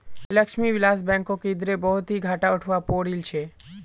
लक्ष्मी विलास बैंकक इधरे बहुत ही घाटा उठवा पो रील छे